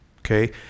okay